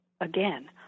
again